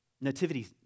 nativity